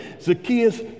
Zacchaeus